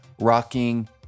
rocking